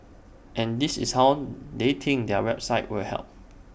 and this is how they think their website will help